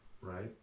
Right